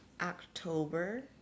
October